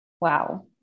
Wow